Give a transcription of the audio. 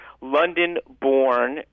London-born